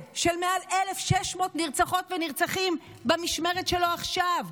של מעל 1,600 נרצחות ונרצחים במשמרת שלו עכשיו,